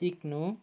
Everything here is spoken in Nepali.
सिक्नु